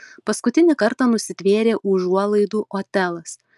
paskutinį kartą nusitvėrė užuolaidų otelas